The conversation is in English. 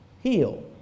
heal